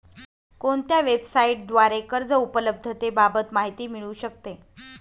कोणत्या वेबसाईटद्वारे कर्ज उपलब्धतेबाबत माहिती मिळू शकते?